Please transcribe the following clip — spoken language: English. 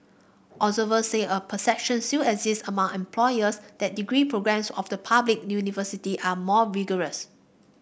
observers said a perception still exists among employers that degree programmes of the public universities are more rigorous